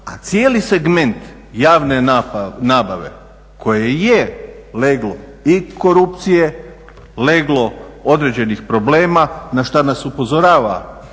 a cijeli segment javne nabave koje je leglo i korupcije, leglo određenih problema na šta nas upozorava